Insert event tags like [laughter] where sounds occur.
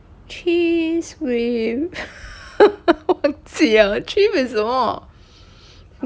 cheese with [laughs] 忘记了 cheese with 什么